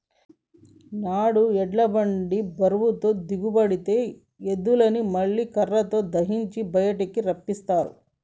నాడు ఎడ్ల బండి బురదలో దిగబడితే ఎద్దులని ముళ్ళ కర్రతో దయియించి బయటికి రప్పిస్తారు